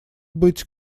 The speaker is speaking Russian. быть